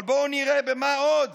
אבל בואו נראה במה עוד